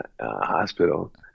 hospital